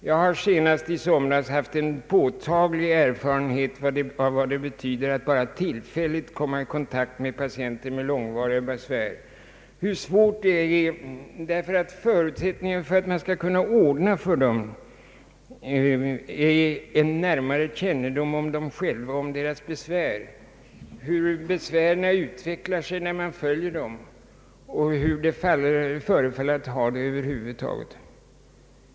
Jag fick senast i somras en påtaglig erfarenhet av hur svårt det var att bara komma i tillfällig kontakt med patienter som hade långvariga besvär. Förutsättningen för att man skall kunna ordna för dem är en närmare kännedom om dem själva och deras besvär, hur besvären utvecklar sig samt hur patienten förefaller att ha det över huvud taget.